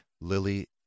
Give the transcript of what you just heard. Lily